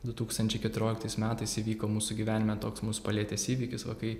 du tūkstančiai keturioliktais metais įvyko mūsų gyvenime toks mus palietęs įvykis va kai